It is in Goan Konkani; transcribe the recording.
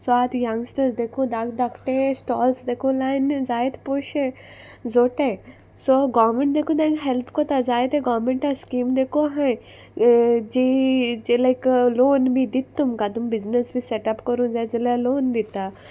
सो आत यंगस्टर्स देखू धाक धाकटे स्टॉल्स देखून लायन जायते पोयशे जोडटाय सो गोव्हमेंट देखून तेंकां हेल्प कोता जायते गोव्हमेंटा स्कीम देखून आहाय जी जी लायक लोन बी दित तुमकां तुम बिजनेस बी सेटअप कोरूं जाय जाल्यार लोन दिता